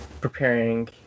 preparing